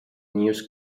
news